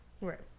Right